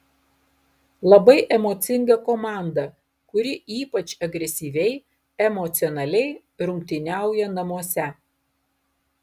labai emocinga komanda kuri ypač agresyviai emocionaliai rungtyniauja namuose